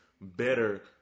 better